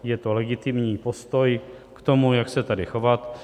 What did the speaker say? Je to legitimní postoj k tomu, jak se tady chovat.